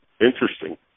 Interesting